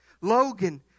logan